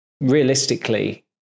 realistically